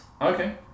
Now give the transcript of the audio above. Okay